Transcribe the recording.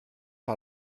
par